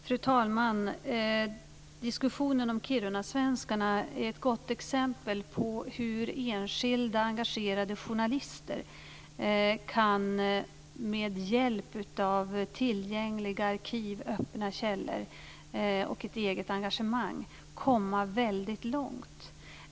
Fru talman! Diskussionen om kirunasvenskarna är ett gott exempel på hur enskilda engagerade journalister med hjälp av tillgängliga arkiv, öppna källor och ett eget engagemang kan komma väldigt långt.